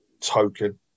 token